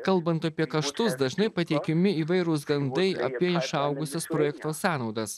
kalbant apie kaštus dažnai patiekiami įvairūs gandai apie išaugusias projekto sąnaudas